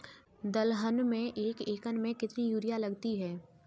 दलहन में एक एकण में कितनी यूरिया लगती है?